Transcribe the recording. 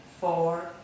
four